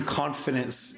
confidence